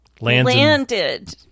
landed